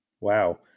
Wow